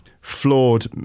flawed